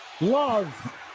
Love